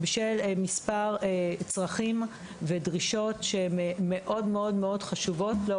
בשל מספר צרכים ודרישות שהם חשובות מאוד